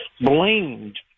Blamed